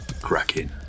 cracking